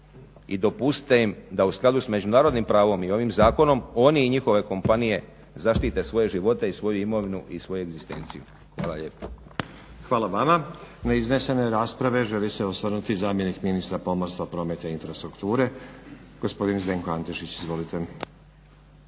i dopustite im da u skladu s međunarodnim pravom i ovim zakonom oni i njihove kompanije zaštite svoje živote i svoju imovinu i svoju egzistenciju. Hvala lijepa. **Stazić, Nenad (SDP)** Hvala vama. Na iznesene rasprave želi se osvrnuti i zamjenik ministra pomorstva, prometa i infrastrukture gospodin Zdenko Antešić. Izvolite.